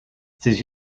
ses